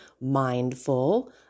mindful